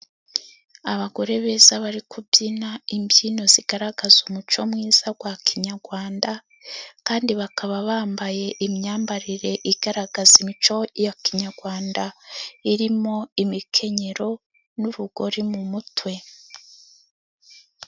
Abagore beza bari kubyina; imbyino zigaragaza umuco mwiza wa kinyarwanda, kandi bakaba bambaye imyambarire igaragaza imico ya kinyarwanda, irimo imikenyero n' urugori mu mutwe.